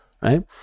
right